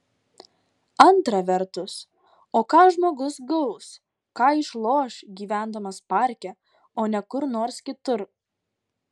antra vertus o ką žmogus gaus ką išloš gyvendamas parke o ne kur nors kitur